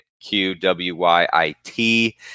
Q-W-Y-I-T